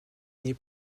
née